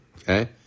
Okay